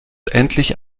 endlich